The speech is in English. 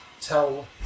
tell